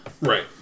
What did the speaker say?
Right